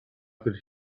could